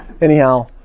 anyhow